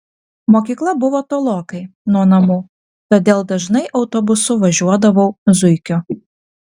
mokykla buvo tolokai nuo namų todėl dažnai autobusu važiuodavau zuikiu